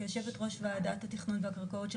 כיושבת ראש ועדת התכנון והביקורת של